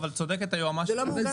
אבל צודקת היועמ"שית, שהביאה הצעה טובה.